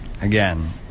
again